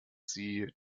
sie